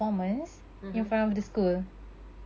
(uh huh)